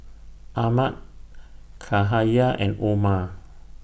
Ahmad Cahaya and Omar